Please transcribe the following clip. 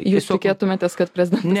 jūs tikėtumėtės kad prezidentas